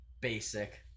basic